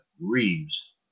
Reeves